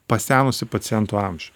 pasenusį pacientų amžių